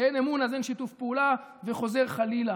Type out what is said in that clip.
וכשאין אמון אז אין שיתוף פעולה וחוזר חלילה.